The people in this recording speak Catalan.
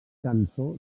cançó